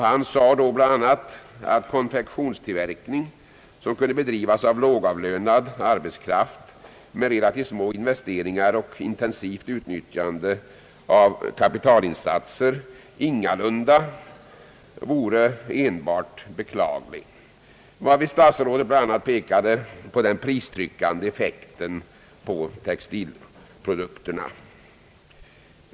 Han sade då bl.a. att konfektionstillverkning, som kunde bedrivas av lågavlönad arbetskraft med relativt små investeringar och intensivt utnyttjande av kapitalinsatser, ingalunda vore enbart beklaglig. Statsrådet pekade därvid bl.a. på den pristryckande effekten på textil produkterna.